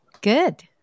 Good